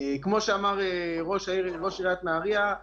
כמו שאמר ראש עיריית נהריה,